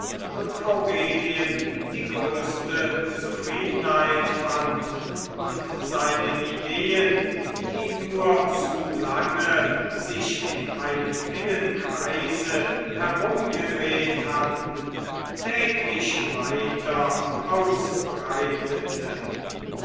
und aurelien die größte zufriedenheit fand und seine ideen die nur zu lange sich in einem engen kreise herumgedreht hatten täglich weiter ausbreitete